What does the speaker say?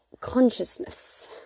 consciousness